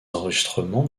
enregistrements